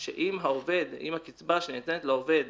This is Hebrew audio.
כי אם הקצבה שניתנת לעובד